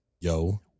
yo